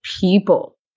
people